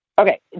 Okay